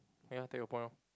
ya take a point orh